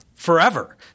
forever